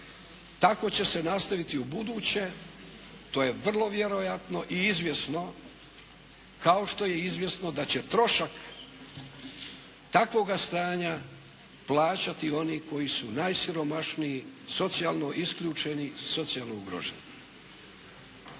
Tako će se nastaviti ubuduće, to je vrlo vjerojatno i izvjesno, kao što je i izvjesno da će trošak takvoga stanja plaćati oni koji su najsiromašniji, socijalno isključeni, socijalno ugroženi.